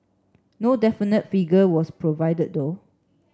no definite figure was provided though